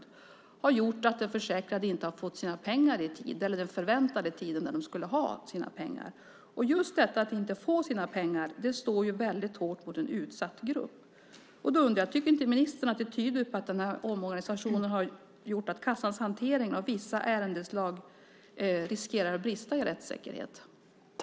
Det har gjort att de försäkrade inte har fått sina pengar i tid eller inom den tid som de förväntade att de skulle få sina pengar. Just detta att man inte får sina pengar slår väldigt hårt mot en utsatt grupp. Då undrar jag: Tycker inte ministern att det tyder på att den här omorganisationen har gjort att kassans hantering av vissa ärendeslag riskerar att brista i rättssäkerhet?